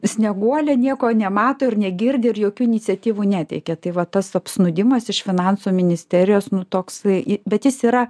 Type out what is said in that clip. snieguolė nieko nemato ir negirdi ir jokių iniciatyvų neteikia tai va tas apsnūdimas iš finansų ministerijos nu toksai bet jis yra